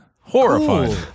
Horrifying